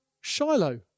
Shiloh